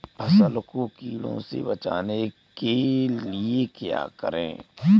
फसल को कीड़ों से बचाने के लिए क्या करें?